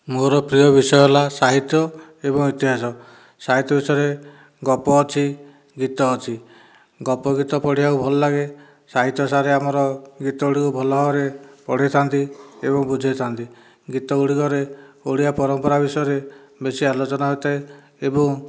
ମୋର ପ୍ରିୟ ବିଷୟ ହେଲା ସାହିତ୍ୟ ଏବଂ ଇତିହାସ ସାହିତ୍ୟ ବିଷୟରେ ଗପ ଅଛି ଗୀତ ଅଛି ଗପ ଗୀତ ପଢ଼ିବାକୁ ଭଲ ଲାଗେ ସାହିତ୍ୟ ସାର୍ ଆମର ଗୀତ ଗୁଡ଼ିକୁ ଭଲ ଭାବରେ ପଢ଼େଇଥାନ୍ତି ଏବଂ ବୁଝେଇଥାନ୍ତି ଗୀତ ଗୁଡ଼ିକରେ ଓଡ଼ିଆ ପରମ୍ପରା ବିଷୟରେ ବେଶୀ ଆଲୋଚନା ହୋଇଥାଏ ଏବଂ